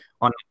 on